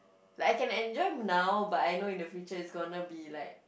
like I can enjoy now but I know in the future is gonna be like